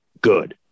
good